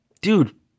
dude